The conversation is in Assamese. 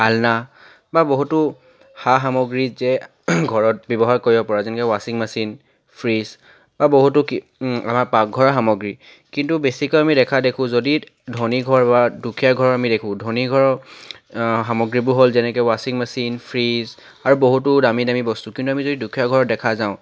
আলনা বা বহুতো সা সামগ্ৰী যে ঘৰত ব্যৱহাৰ কৰিব পৰা যেনেকৈ ৱাশ্বিং মেচিন ফ্ৰীজ বা বহুতো কি আমাৰ পাকঘৰৰ সামগ্ৰী কিন্তু বেছিকৈ আমি দেখা দেখোঁ যদি ধনী ঘৰ বা দুখীয়া ঘৰ আমি দেখোঁ ধনী ঘৰৰ সামগ্ৰীবোৰ হ'ল যেনেকৈ ৱাশ্বিং মেচিন ফ্ৰীজ আৰু বহুতো দামী দামী বস্তু কিন্তু আমি যদি দুখীয়া ঘৰত দেখা যাওঁ